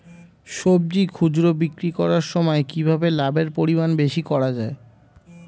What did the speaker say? সবজি খুচরা বিক্রি করার সময় কিভাবে লাভের পরিমাণ বেশি করা যায়?